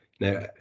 Now